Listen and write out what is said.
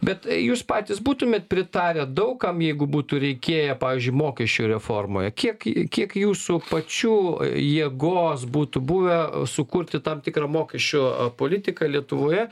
bet jūs patys būtumėt pritarę daug kam jeigu būtų reikėję pavyzdžiui mokesčių reformai kiek kiek jūsų pačių jėgos būtų buvę sukurti tam tikrą mokesčio politiką lietuvoje